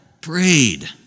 prayed